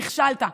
נכשלת.